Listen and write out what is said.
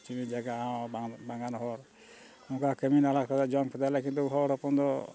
ᱡᱚᱢᱤ ᱡᱟᱭᱜᱟ ᱦᱚᱸ ᱵᱟᱝ ᱵᱟᱝᱼᱟᱱ ᱦᱚᱲ ᱱᱚᱝᱠᱟ ᱠᱟᱹᱢᱤ ᱱᱟᱞᱟ ᱠᱟᱛᱮ ᱡᱚᱢ ᱠᱮᱫᱟᱞᱮ ᱠᱤᱱᱛᱩ ᱦᱚᱲ ᱦᱚᱯᱚᱱ ᱫᱚ